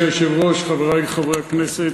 אדוני היושב-ראש, חברי חברי הכנסת,